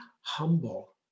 humble